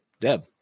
Deb